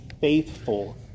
faithful